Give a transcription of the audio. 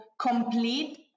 complete